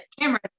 cameras